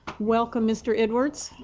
welcome mr. edwards.